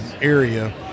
area